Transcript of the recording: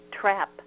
trap